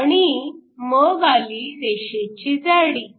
आणि मग आली रेषेची जाडी